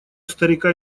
старика